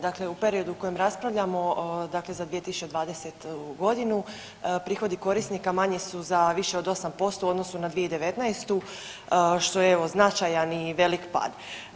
Dakle, u periodu u kojem raspravljamo, dakle za 2020. godinu prihodi korisnika manji su za više od 8% u odnosu na 2019. što je evo značajan i velik pad.